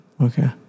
Okay